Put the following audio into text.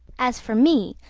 as for me,